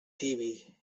tibi